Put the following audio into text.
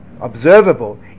observable